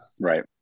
Right